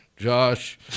Josh